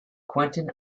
quentin